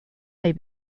may